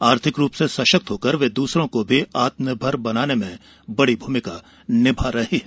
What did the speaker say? आर्थिक रूप से सशक्त हो वे द्रसरों को भी आत्मनिर्भर बनाने की भूमिका निभा रही हैं